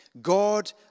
God